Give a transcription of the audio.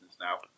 now